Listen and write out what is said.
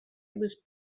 was